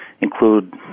include